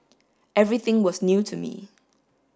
everything was new to me